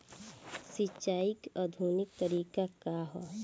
सिंचाई क आधुनिक तरीका का ह?